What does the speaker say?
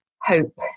hope